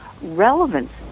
relevance